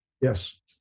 Yes